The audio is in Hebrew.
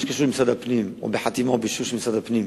במה שקשור למשרד הפנים או לחתימה ואישור של משרד הפנים,